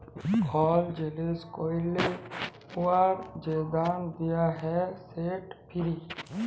call জিলিস ক্যরলে উয়ার যে দাম দিয়া হ্যয় সেট ফি